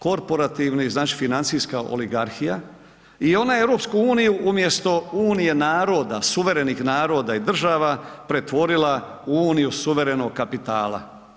Korporativni, znači financijska oligarhija i ona je EU umjesto unije naroda, suverenih naroda i država, pretvorila u uniju suverenog kapitala.